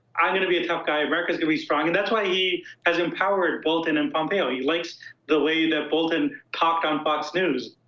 i'm going to be a tough guy, america is going to be strong, and that's why he has empowered bolton and pompeo. he likes the way that bolton talked on fox news.